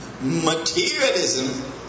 Materialism